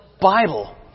Bible